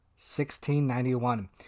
1691